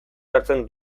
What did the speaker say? hartzen